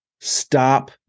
Stop